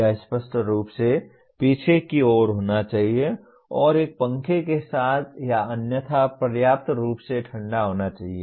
यह स्पष्ट रूप से पीछे की ओर होना चाहिए और एक पंखे के साथ या अन्यथा पर्याप्त रूप से ठंडा होना चाहिए